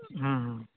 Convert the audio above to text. ᱦᱩᱸ